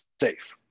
safe